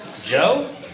Joe